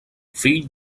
fill